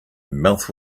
mouth